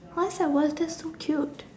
how is that's a worst that's so cute